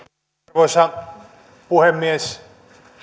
arvoisa puhemies